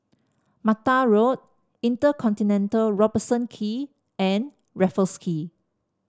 Mattar Road InterContinental Robertson Quay and Raffles Quay